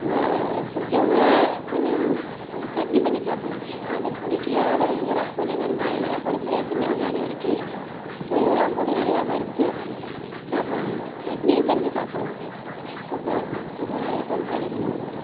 பிடிச்சவங்க கொஞ்சம் இது சட்னி பண்ணி சாப்பிட்லாம் அதை பிடிக்காதவங்க கூட கொஞ்சம் வெங்காயம் நல்லா பொடிப் பொடியாக சின்ன வெங்காயம் நறுக்கி தூதுவளயெலாம் போட்டு நல்லா வறுத்து சாப்பிட்லாங்க சட்னியும் செஞ்சு சாப்பிட்லாம் சூப்பராக இருக்கும் தூதுவளாவில் கொஞ்சம் சளி கொஞ்சம் விடும்